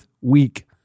week